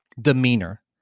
demeanor